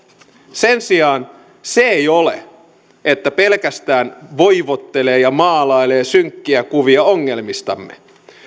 sen sijaan se ei ole että pelkästään voivottelee ja maalailee synkkiä kuvia ongelmistamme